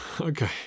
okay